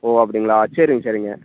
ஓ அப்படிங்களா சரிங்க சரிங்க